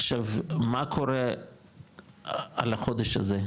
עד חודש, עכשיו, מה קורה על החודש הזה,